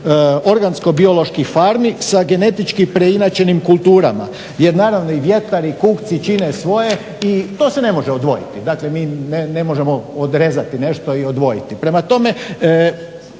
organsko-bioloških farmi sa genetički preinačenim kulturama. Jer naravno i vjetar i kukci čine svoje i to se ne može odvojiti. Dakle, mi ne možemo odrezati nešto i odvojiti. Prema tome,